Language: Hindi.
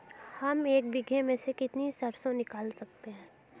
हम एक बीघे में से कितनी सरसों निकाल सकते हैं?